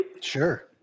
Sure